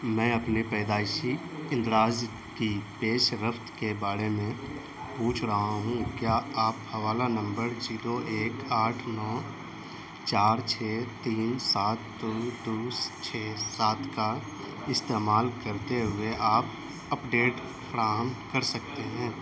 میں اپنے پیدائشی اندراز کی پیشرفت کے بارے میں پوچھ رہا ہوں کیا آپ حوالہ نمبر جیرو ایک آٹھ نو چار چھ تین سات دو دو چھ سات کا استعمال کرتے ہوئے آپ اپڈیٹ فراہم کر سکتے ہیں